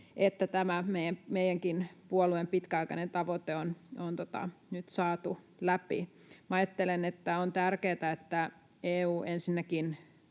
että tämä meidänkin puolueen pitkäaikainen tavoite on nyt saatu läpi. Minä ajattelen, että on tärkeätä, että EU ensinnäkin